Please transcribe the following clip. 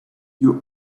you